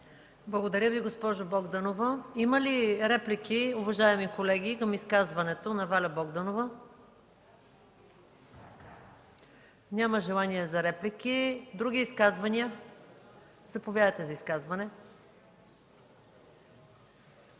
Благодаря Ви, госпожо Богданова. Има ли реплики, уважаеми колеги, към изказването на Валентина Богданова? Няма желание за реплики. Други изказвания? Заповядайте за изказване,